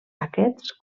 aquests